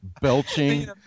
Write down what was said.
Belching